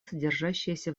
содержащиеся